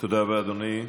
תודה רבה, אדוני.